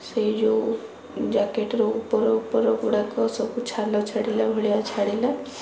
ସେଇ ଯେଉଁ ଜ୍ୟାକେଟ୍ର ଉପର ଉପର ଗୁଡ଼ାକ ସବୁ ଛାଲ ଛାଡ଼ିଲା ଭଳିଆ ଛାଡ଼ିଲା